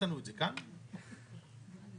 העליתי